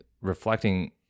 reflecting